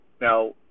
Now